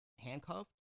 handcuffed